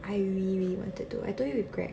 I really really wanted to I told you with gregg